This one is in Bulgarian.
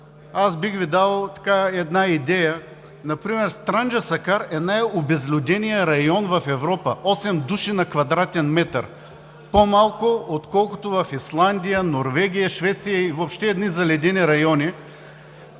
аз бих Ви дал една идея. Например Странджа-Сакар е най обезлюденият район в Европа – осем души на квадратен метър – по-малко, отколкото в Исландия, Норвегия, Швеция, въобще едни заледени райони.